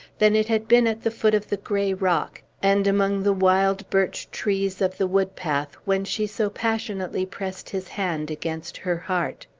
than it had been at the foot of the gray rock, and among the wild birch-trees of the wood-path, when she so passionately pressed his hand against her heart.